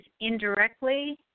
indirectly